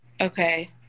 Okay